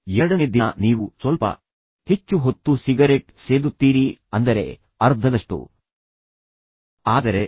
ಎರಡನೇ ದಿನ ನೀವು ಸ್ವಲ್ಪ ಹೆಚ್ಚು ಹೊತ್ತು ಸಿಗರೆಟ್ ಸೇದುತ್ತೀರಿ ಅಂದರೆ ಅರ್ಧದಷ್ಟು ಆದರೆ ಮತ್ತೆ ಹೆಚ್ಚು ಕೆಮ್ಮು ಬರುತ್ತದೆ ಆದ್ದರಿಂದ ನಿಮಗೆ ಅದನ್ನು ತಡೆದುಕೊಳ್ಳಲು ಸಾಧ್ಯವಾಗುವುದಿಲ್ಲ